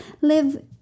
live